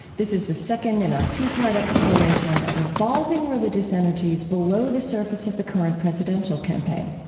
this is the second in our two-part exploration of evolving religious energies below the surface of the current presidential campaign.